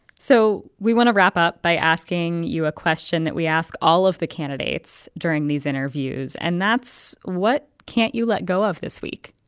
so we want to wrap up by asking you a question that we ask all of the candidates during these interviews. and that's what can't you let go of this week?